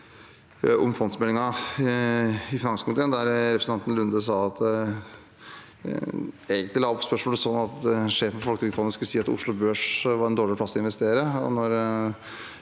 om fondsmeldingen i finanskomiteen i går, der representanten Lunde egentlig la opp spørsmålet slik at sjefen for Folketrygdfondet skulle si at Oslo Børs var en dårlig plass å investere.